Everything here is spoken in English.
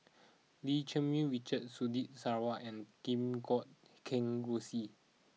Lim Cherng Yih Richard Surtini Sarwan and Kim Guat Kheng Rosie